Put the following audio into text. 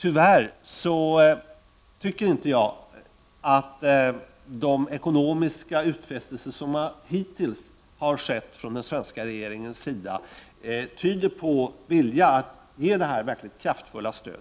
Tyvärr tycker jag inte att de ekonomiska utfästelser som hittills har utlovats från den svenska regeringens sida tyder på en vilja att ge detta kraftfulla stöd.